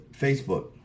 Facebook